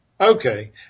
Okay